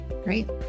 Great